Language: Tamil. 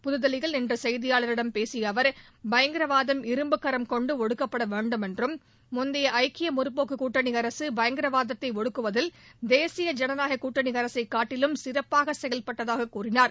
புதுதில்லியில் இன்று செய்தியாளர்களிடம் பேசிய அவர் பயங்கரவாதம் இரும்புக்கரம் கொண்டு ஒடுக்கப்பட வேண்டும் என்றும் முந்தைய ஐக்கிய முற்போக்கு கூட்டணி அரசு பயங்கரவாதத்தை ஒடுக்குவதில் தேசிய ஜனநாயகக் கூட்டணி அரசைக் காட்டிலும் சிறப்பாக செயல்பட்டதாகக் கூறினார்